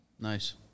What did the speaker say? nice